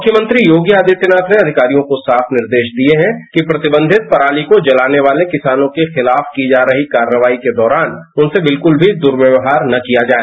मुख्यमंत्री योगी आदित्वनाथ ने अषिकारियों को साफ निर्देश दिए हैं कि प्रतिबंधित पराली को जलाने वाले किसानों के खिलाफ की जा रही कार्रवाई के दौरान उनसे बिल्कुल भी दुर्व्यवहार न किया जाए